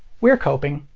we're coping.